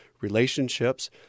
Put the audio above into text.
relationships